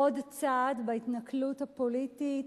עוד צעד בהתנכלות הפוליטית